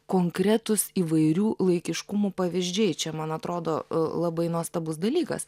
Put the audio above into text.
konkretūs įvairių laikiškumų pavyzdžiai čia man atrodo labai nuostabus dalykas